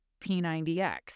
P90X